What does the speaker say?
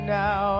now